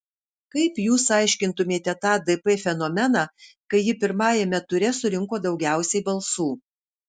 kaip jūs aiškintumėte tą dp fenomeną kai ji pirmajame ture surinko daugiausiai balsų